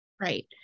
right